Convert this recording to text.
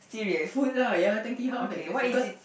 food lah ya Tang Tea House I guess because